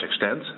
extent